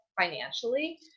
financially